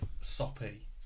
soppy